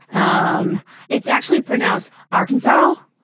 um it's actually pronounced arkinsaw,